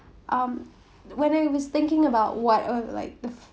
um when I was thinking about what or like the